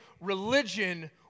religion